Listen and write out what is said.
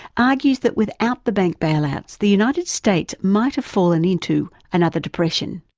argues that without the bank bailouts the united states might have fallen into another depression.